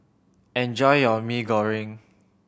enjoy your Maggi Goreng